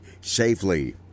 safely